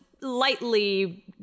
lightly